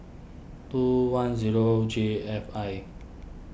two one zero J F I